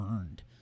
earned